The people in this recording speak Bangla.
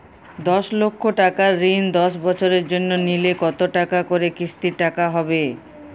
দশ লক্ষ টাকার ঋণ দশ বছরের জন্য নিলে কতো টাকা করে কিস্তির টাকা হবে?